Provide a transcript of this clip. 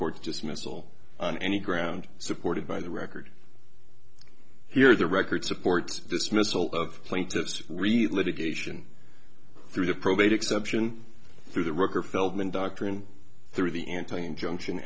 court just missile on any ground supported by the record here the record supports dismissal of plaintiffs read litigation through the probate exception through the worker feldman doctrine through the anti injunction